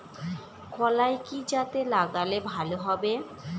কলাই কি জাতে লাগালে ভালো হবে?